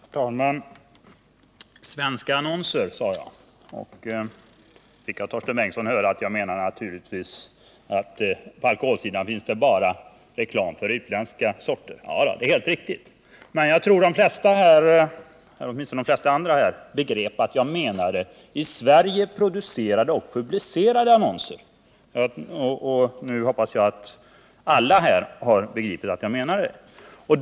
Herr talman! Jag talade om svenska annonser. Då fick jag av Torsten Bengtson höra att jag menade att det på alkoholsidan bara finns reklam för utländska sorter, och det är helt riktigt. Jag tror att de flesta förstod att jag menade i Sverige producerade och publicerade annonser. Nu hoppas jag att alla här begriper att jag menade det.